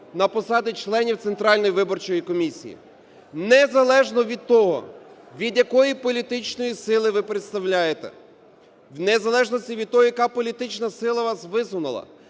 на посади членів Центральної виборчої комісії. Незалежно від того, від якої політичної сили ви представляєте, в незалежності від того, яка політична сила вас висунула,